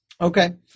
Okay